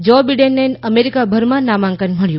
જો બિડેનને અમેરિકાભરમાં નામાંકન મળ્યું